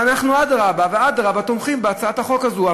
ואנחנו אדרבה ואדרבה תומכים בהצעת החוק הזו.